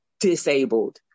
disabled